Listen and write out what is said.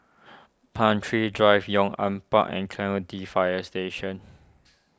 Pan Tree Drive Yong An Park and Clementi Fire Station